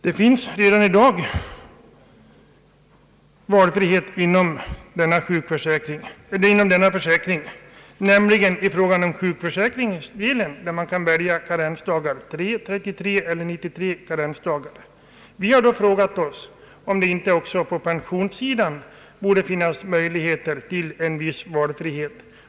Det finns redan i dag valfrihet inom den allmänna försäkringen, nämligen i fråga om den del som avser sjukförsäkringen. I detta avseende kan den försäkrade välja karenstid om 3, 33 eller 93 dagar. Vi har då frågat oss om det inte också när det gäller den del som avser pensionen bör finnas möjlighet till en viss valfrihet.